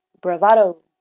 bravado